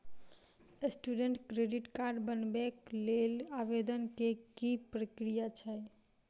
Student credit card बनेबाक लेल आवेदन केँ की प्रक्रिया छै?